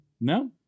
No